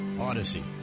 Odyssey